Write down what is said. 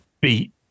beat